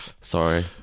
Sorry